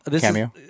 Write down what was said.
cameo